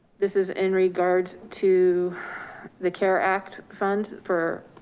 this is in regards to the care act fund for